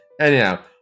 Anyhow